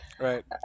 right